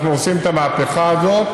אנחנו עושים את המהפכה הזאת,